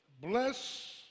bless